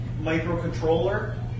microcontroller